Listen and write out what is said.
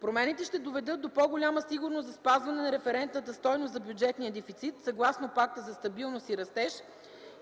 Промените ще доведат до по-голяма сигурност за спазване на референтната стойност за бюджетния дефицит съгласно Пакта за стабилност и растеж